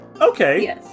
Okay